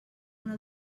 una